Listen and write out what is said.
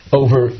over